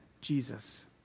Jesus